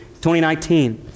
2019